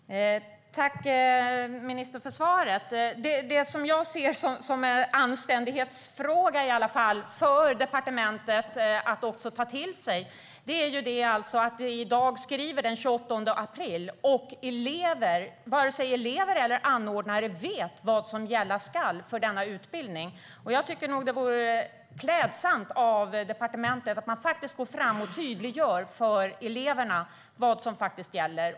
Herr talman! Jag tackar ministern för svaret. Det som jag ser som en anständighetsfråga att ta till sig för departementet är att vi i dag skriver den 28 april men att varken elever eller anordnare vet vad som gälla skall för denna utbildning. Jag tycker nog det vore klädsamt av departementet att man går fram och tydliggör för eleverna vad som gäller.